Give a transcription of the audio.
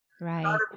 Right